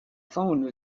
phone